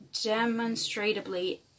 demonstrably